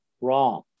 wrong